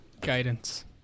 Guidance